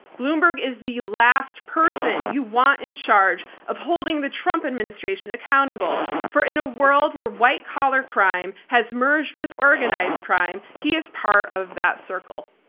bloomberg is the last person you want in charge of holding the trump administration accountable. for in a world where white-collar crime has merged with organized crime, he is part of that circle.